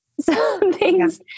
something's